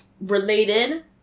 related